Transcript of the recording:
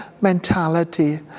mentality